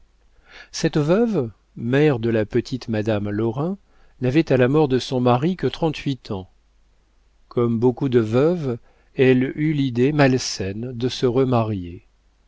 cette veuve mère de la petite madame lorrain n'avait à la mort de son mari que trente-huit ans comme beaucoup de veuves elle eut l'idée malsaine de se remarier